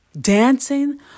dancing